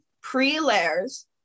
pre-layers